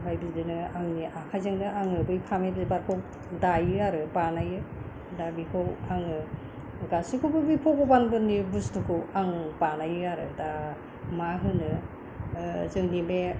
ओमफ्राय बिदिनो आंनि आखायजोंनो बै फामि बिबारखौ दायो आरो बानायो दा बेखौ आङो गासिखौबो बे भगवाननि बस्तुफोरखौ आङो बानायो आरो आं दा मा होनो ओ जोंनि बे